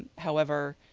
however,